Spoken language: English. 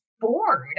bored